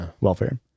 welfare